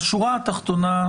בשורה התחתונה,